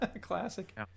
Classic